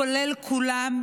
כולל כולם,